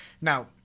now